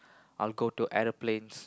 I'll go to aeroplanes